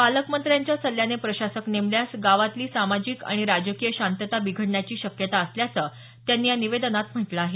पालकमंत्र्यांच्या सल्ल्याने प्रशासक नेमल्यास गावातली सामाजिक आणि राजकीय शांतता बिघडण्याची शक्यता असल्याचं त्यांनी या निवेदनात म्हटलं आहे